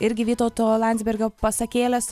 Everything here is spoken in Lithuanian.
irgi vytauto landsbergio pasakėlės